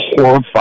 horrified